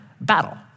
battle